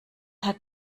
hat